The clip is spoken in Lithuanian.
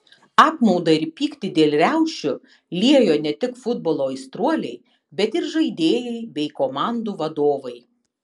apmaudą ir pyktį dėl riaušių liejo ne tik futbolo aistruoliai bet ir žaidėjai bei komandų vadovai